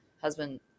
husband